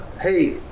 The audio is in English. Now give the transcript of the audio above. Hey